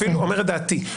אני אומר את דעתי.